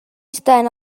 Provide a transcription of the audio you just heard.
estan